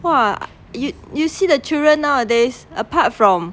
!wah! you see the children nowadays apart from